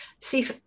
See